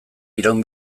iraun